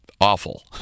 awful